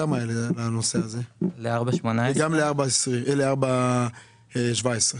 ל-4-18 וגם ל-4-17.